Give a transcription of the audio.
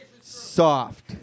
soft